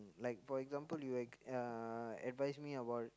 like for example you like uh advice me about